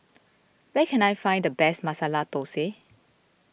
where can I find the best Masala Thosai